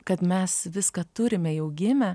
kad mes viską turime jau gimę